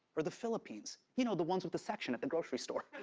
or the philippines, you know, the ones with the section at the grocery store.